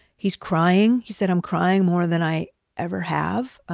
he's crying. he said, i'm crying more than i ever have.